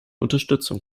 unterstützung